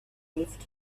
left